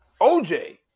OJ